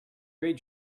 great